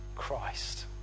Christ